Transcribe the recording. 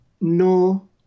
no